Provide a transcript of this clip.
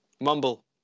Mumble